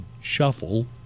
Shuffle